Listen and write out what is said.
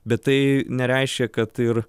bet tai nereiškia kad ir